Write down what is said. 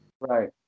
Right